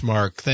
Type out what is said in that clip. Mark